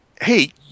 hey